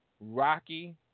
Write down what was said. rocky